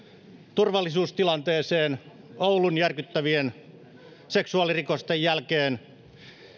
turvallisuustilanteeseen oulun järkyttävien seksuaalirikosten jälkeen